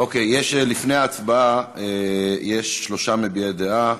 אוקיי, לפני ההצבעה יש שלושה מביעי דעה.